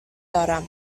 دارم